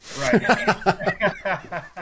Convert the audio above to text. Right